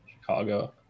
Chicago